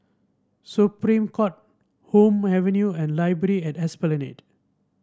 Supreme Court Hume Avenue and Library at Esplanade